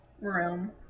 room